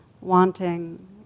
wanting